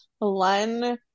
len